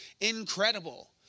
incredible